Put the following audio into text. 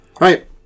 right